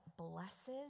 blesses